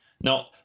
Now